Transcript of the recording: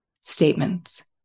statements